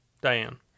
Diane